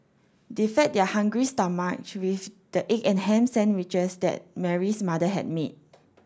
they fed their hungry stomachs with the egg and ham sandwiches that Mary's mother had made